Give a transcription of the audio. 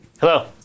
Hello